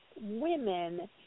women